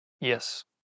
Yes